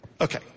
Okay